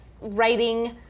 writing